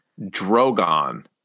Drogon